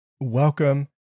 Welcome